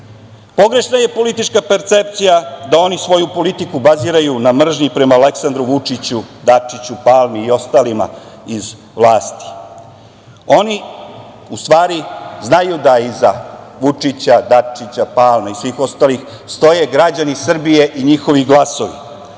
stignu. Pogrešna je politička percepcija da oni svoju politiku baziraju na mržnji prema Aleksandru Vučiću, Dačiću, Palmi i ostalima iz vlasti, oni u stvari znaju da iza Vučića, Dačića, Palme i svih ostalih stoje građani Srbije i njihovi glasovi